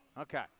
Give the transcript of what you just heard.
Okay